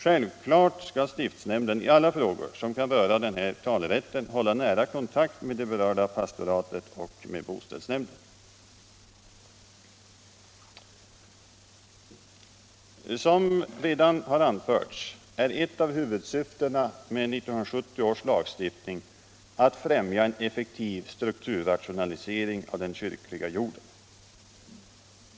Självklart skall stiftsnämnden i alla frågor som kan röra denna talerätt hålla nära kontakt med det berörda pastoratet och med boställsnämnden. Som redan har anförts är ett av huvudsyftena med 1970 års lagstiftning att främja en effektiv strukturrationalisering av den kyrkliga jorden.